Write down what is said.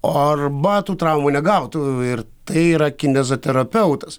o ar batų traumų negautų ir tai yra kineziterapeutas